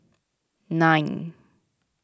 nine